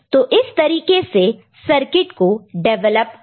तो इस तरीके से सर्किट को डिवेलप किया है